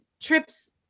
trips